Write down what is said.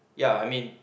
ya I mean